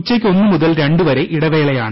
ഉച്ചയ്ക്ക് ഒന്നു മുതൽ രണ്ട് വരെ ഇടവേളയാണ്